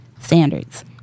standards